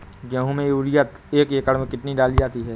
गेहूँ में यूरिया एक एकड़ में कितनी डाली जाती है?